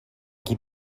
qui